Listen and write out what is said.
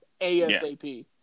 ASAP